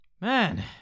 Man